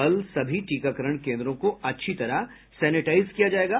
कल सभी टीकाकरण केन्द्रों को अच्छी तरह सेनेटाईज किया जायेगा